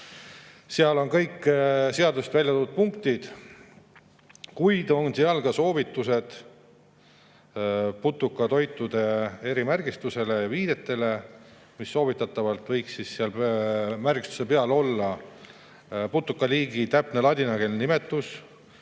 Seal on kõik seaduses välja toodud punktid, kuid seal on ka soovitused putukatoitude erimärgistuse ja viidete kohta, mis soovitatavalt võiks seal märgistuse peal olla: putukaliigi täpne ladinakeelne nimetus;